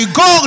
go